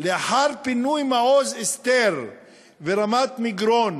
"לאחר פינוי מעוז-אסתר ורמת-מגרון: